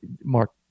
Mark